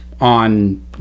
on